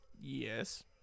Yes